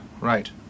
Right